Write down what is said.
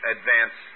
Advance